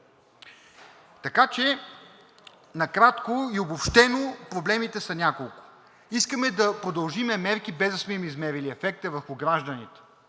Така че, накратко и обобщено, проблемите са няколко: искаме да продължим мерки, без да сме им измерили ефекта върху гражданите